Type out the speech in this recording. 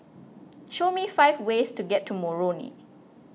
show me five ways to get to Moroni